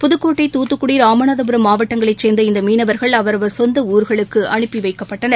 புதுக்கோட்டை தூத்துக்குடி ராமநாதபுரம் மாவட்டங்களைச் சேர்ந்த இந்தமீனவர்கள் அவரவர் சொந்தஊர்களுக்கு அவுப்பிவைக்கப்பட்டனர்